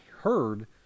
heard